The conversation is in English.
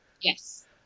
Yes